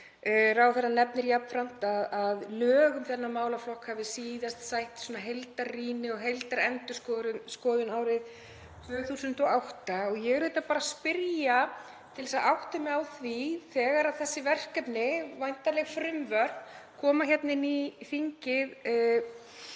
Ráðherra nefnir jafnframt að lög um þennan málaflokk hafi síðast sætt heildarrýni og heildarendurskoðun árið 2008. Ég er auðvitað bara að spyrja til að átta mig á því þegar þessi verkefni, væntanleg frumvörp, koma hingað inn í þingið,